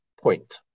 point